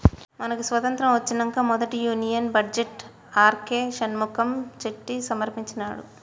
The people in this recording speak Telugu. మనకి స్వతంత్రం ఒచ్చినంక మొదటి union budget R K Shanmukham Chetty సమర్పించినాడు